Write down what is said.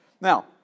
Now